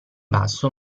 basso